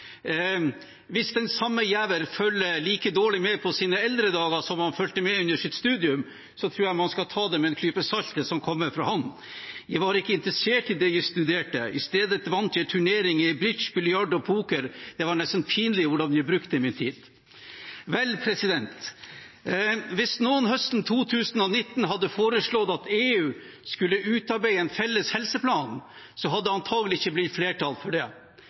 Hvis den samme Giæver følger like dårlig med på sine eldre dager som han gjorde under sitt studium, tror jeg man skal ta med en klype salt det som kommer fra ham: Jeg var ikke interessert i det jeg studerte. I stedet vant jeg turneringer i bridge, biljard og poker. Det var nesten pinlig hvordan jeg brukte min tid. Vel, hvis noen høsten 2019 hadde foreslått at EU skulle utarbeide en felles helseplan, hadde det antagelig ikke blitt flertall for det. Det er jo interessant at de som nå kritiserer EU, egentlig roper på mer overnasjonal styring. Det